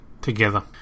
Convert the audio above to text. together